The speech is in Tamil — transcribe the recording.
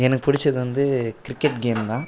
எனக்கு பிடிச்சது வந்து கிரிக்கெட் கேம் தான்